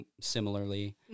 similarly